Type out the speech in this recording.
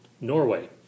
Norway